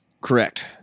Correct